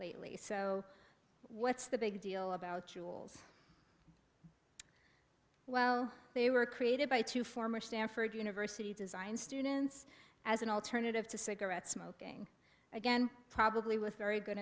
lately so what's the big deal about you'll well they were created by two former stanford university design students as an alternative to cigarette smoking again probably with very good